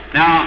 Now